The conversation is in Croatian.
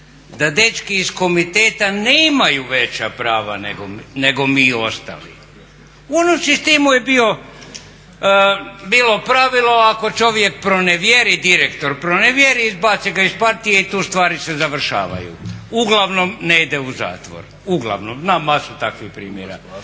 da dečki iz komiteta nemaju veća prava nego mi ostali. U našem … je bilo pravilo ako čovjek pronevjeri, direktor pronevjeri, izbace ga iz partije i tu se stvari završavaju, uglavnom ne ide u zatvor, uglavnom. Znam masu takvih primjera.